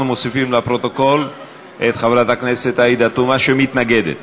אנחנו מוסיפים לפרוטוקול את חברת הכנסת עאידה תומא שמתנגדת.